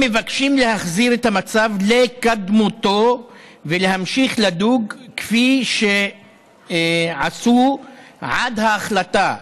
הם מבקשים להחזיר את המצב לקדמותו ולהמשיך לדוג כפי שעשו עד ההחלטה,